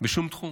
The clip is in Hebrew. בשום תחום.